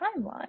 timeline